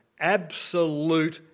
absolute